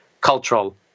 cultural